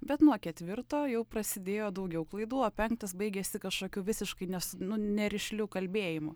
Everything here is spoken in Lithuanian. bet nuo ketvirto jau prasidėjo daugiau klaidų o penktas baigėsi kažkokiu visiškai nesu nu nerišliu kalbėjimu